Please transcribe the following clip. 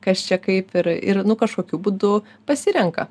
kas čia kaip ir ir ir nu kažkokiu būdu pasirenka